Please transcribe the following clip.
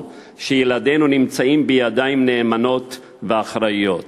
שילדינו נמצאים בידיים נאמנות ואחראיות,